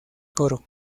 coro